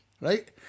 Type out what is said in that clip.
right